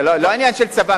זה לא עניין של צבא.